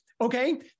okay